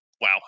Wow